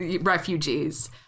refugees